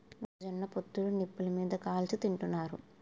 మొక్క జొన్న పొత్తులు నిప్పులు మీది కాల్చి తింతన్నారు